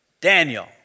Daniel